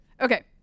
Okay